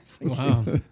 Wow